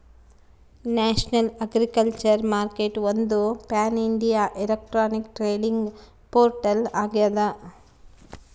national agriculture ಮಾರ್ಕೆಟ್ಒಂದು pan India electronic trading portal ಆಗ್ಯದ